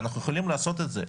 אנחנו יכולים לעשות את זה.